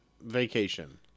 Vacation